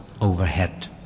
overhead